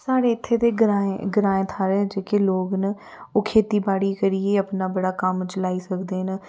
साढ़े इत्थे दे ग्राएं थाह्रें जेह्के लोक न ओह् खेतीबाड़ी करियै अपना बड़ा कम्म चलाई सकदे न